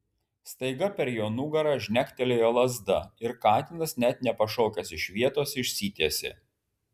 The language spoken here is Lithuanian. staiga per jo nugarą žnektelėjo lazda ir katinas net nepašokęs iš vietos išsitiesė